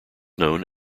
known